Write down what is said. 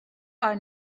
are